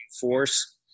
force